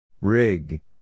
Rig